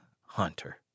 hunter